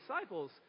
disciples